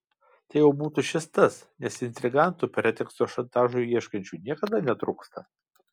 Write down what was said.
tai jau būtų šis tas nes intrigantų preteksto šantažui ieškančių niekada netrūksta